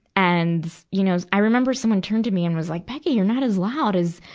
and, you know, i remember someone turned to me and was like, becky, you're not as loud as,